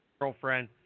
girlfriend